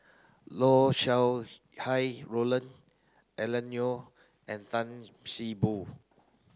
Sau Hai Roland Alan Oei and Tan See Boo